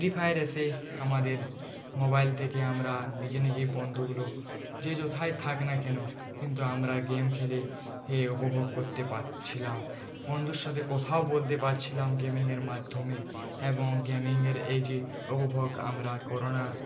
free Fire এসে আমাদের mobile থেকে আমরা নিজে নিজেই বন্ধুগুলো যে যোথায় থাক না কেনো কিন্তু আমরা গেম খেলে এ উপভোগ করতে পারছিলাম বন্ধুর সাথে কথাও বলতে পারছিলাম গেমিংয়ের মাধ্যমে এবং গেমিংয়ের এই যে উপভোগ আমরা করোনার